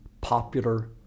popular